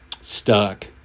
stuck